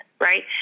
right